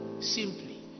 simply